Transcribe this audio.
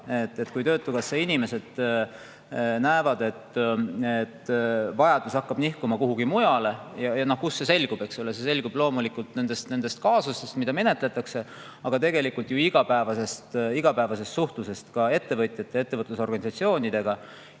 kui töötukassa inimesed näevad, et vajadus hakkab nihkuma kuhugi mujale. Ja kust see selgub? See selgub loomulikult nendest kaasustest, mida menetletakse, aga tegelikult ka igapäevasest suhtlusest ettevõtjate ja ettevõtlusorganisatsioonidega.